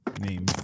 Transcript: Name